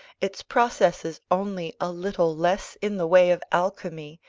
its processes only a little less in the way of alchemy,